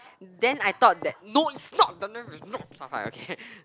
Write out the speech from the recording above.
then I thought that no it's not okay